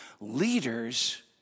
leaders